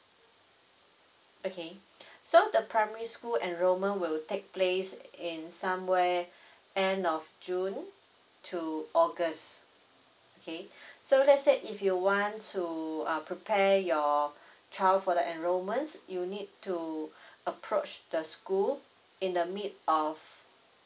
okay so the primary school enrollment will take place in somewhere end of june to august okay so let's say if you want to uh prepare your child for the enrollment you need to approach the school in the mid of